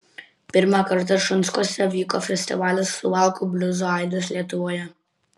pirmą kartą šunskuose vyko festivalis suvalkų bliuzo aidas lietuvoje